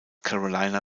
carolina